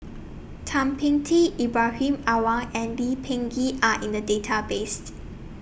Thum Ping Tin Ibrahim Awang and Lee Peh Gee Are in The Database